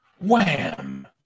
wham